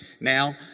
now